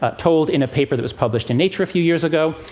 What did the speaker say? ah told in a paper that was published in nature a few years ago,